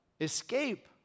escape